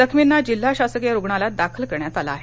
जखर्मीना जिल्हा शासकीय रुग्णालयात दाखल करण्यात आलं आहे